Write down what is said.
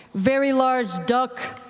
very large duck.